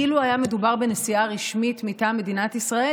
אילו היה מדובר בנסיעה רשמית מטעם מדינת ישראל,